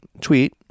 Tweet